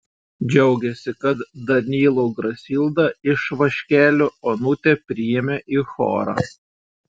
džiaugėsi kad danylų grasildą ir vaškelių onutę priėmė į chorą